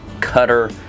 cutter